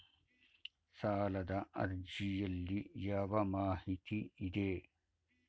ಸಾಲದ ಅರ್ಜಿಯಲ್ಲಿ ಯಾವ ಮಾಹಿತಿ ಇದೆ?